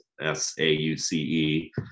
s-a-u-c-e